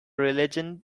religion